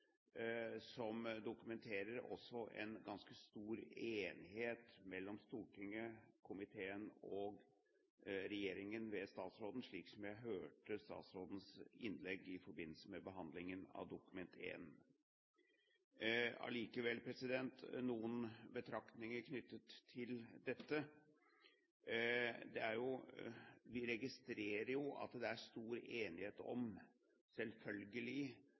som også dokumenterer en ganske stor enighet mellom Stortinget, komiteen og regjeringen ved statsråden, slik som jeg hørte det framgikk av statsrådens innlegg i forbindelse med behandlingen av Dokument 1. Jeg har likevel noen betraktninger knyttet til dette. Vi registrerer jo at det er stor enighet om